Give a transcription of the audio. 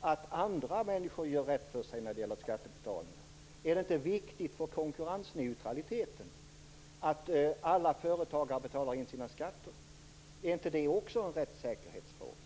att andra människor gör rätt för sig när det gäller skattebetalningar? Är det inte viktigt för konkurrensneutraliteten att alla företagare betalar in sina skatter? Är inte det också en rättssäkerhetsfråga?